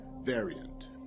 variant